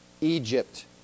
Egypt